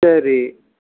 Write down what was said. சரி